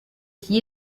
qui